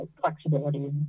flexibility